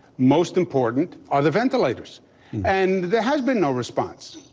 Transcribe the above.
most important are the ventilators and there has been no response.